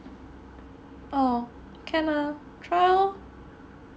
oh can ah try lor